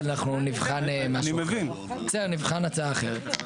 אבל אנחנו נבחן הצעה אחרת.